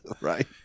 right